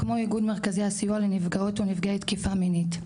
כמו איגוד מרכזי הסיוע לנפגעות ונפגעי תקיפה מינית,